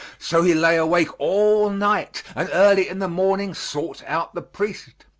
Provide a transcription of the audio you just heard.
so he lay awake all night, and early in the morning sought out the priest.